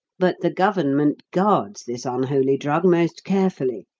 but the government guards this unholy drug most carefully.